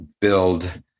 Build